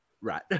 Right